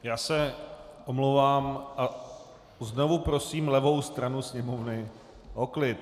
Já se omlouvám a znovu prosím levou stranu Sněmovny o klid.